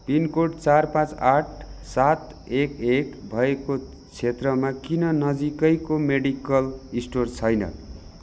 pin code चार पाँच आठ सात एक एक भएको क्षेत्रमा किन नजिकैको मेडिकल स्टोर छैन